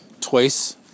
twice